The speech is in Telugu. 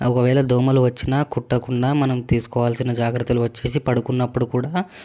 ఒకవేళ దోమలు వచ్చినా కుట్టకుండా మనం తీసుకోవాల్సిన జాగ్రత్తలు వచ్చేసి పడుకున్నప్పుడు కూడా